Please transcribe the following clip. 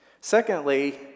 Secondly